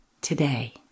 today